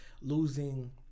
losing